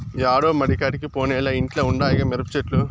యాడో మడికాడికి పోనేలే ఇంట్ల ఉండాయిగా మిరపచెట్లు